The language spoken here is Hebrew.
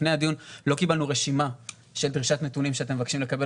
לפני הדיון לא קיבלנו רשימה של דרישת נתונים שאתם מבקשים לקבל